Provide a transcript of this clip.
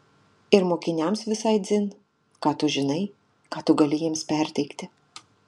ir mokiniams visai dzin ką tu žinai ką tu gali jiems perteikti